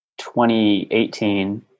2018